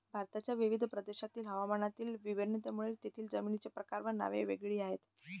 भारताच्या विविध प्रदेशांतील हवामानातील भिन्नतेमुळे तेथील जमिनींचे प्रकार व नावे वेगवेगळी आहेत